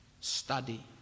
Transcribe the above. Study